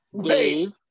Dave